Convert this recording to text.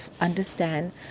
understand